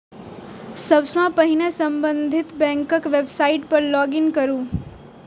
सबसं पहिने संबंधित बैंकक वेबसाइट पर लॉग इन करू